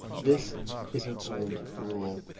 this is an old rule.